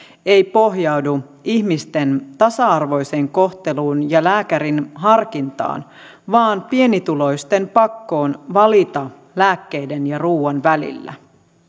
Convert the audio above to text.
ei pohjaudu ihmisten tasa arvoiseen kohteluun ja lääkärin harkintaan vaan pienituloisten pakkoon valita lääkkeiden ja ruuan välillä